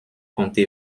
compté